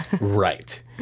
right